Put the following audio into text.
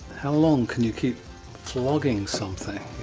how long can you keep flogging something?